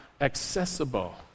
accessible